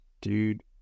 dude